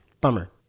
bummer